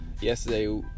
yesterday